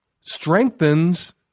strengthens